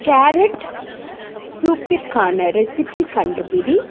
carrot சூப்பிற்கான recipe கண்டுபிடி